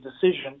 decision